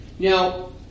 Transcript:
Now